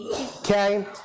Okay